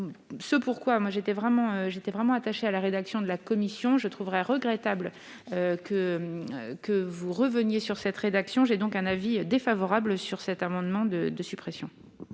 pour laquelle j'étais vraiment attachée à la rédaction de la commission. Je trouverais regrettable que vous reveniez dessus. J'émets donc un avis défavorable sur cet amendement de suppression.